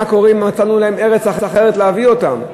אם מצאנו להם ארץ אחרת להביא אותם.